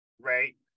right